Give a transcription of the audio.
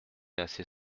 assez